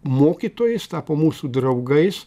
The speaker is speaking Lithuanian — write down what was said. mokytojais tapo mūsų draugais